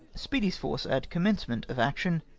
speedy' s force at commencement of action.